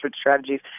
strategies